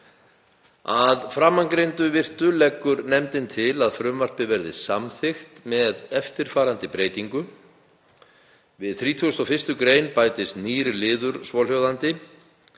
Að framangreindu virtu leggur nefndin til að frumvarpið verði samþykkt með eftirfarandi breytingu: 1. Við 31. gr. bætist nýr liður, svohljóðandi: